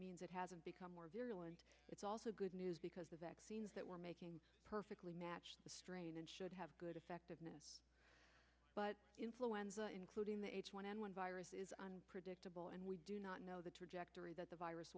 means it hasn't become more virulent it's also good news because the vaccines that we're making perfectly matched the strain and should have good effectiveness but influenza including the h one n one virus is unpredictable and we do not know the trajectory that the virus